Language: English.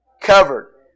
Covered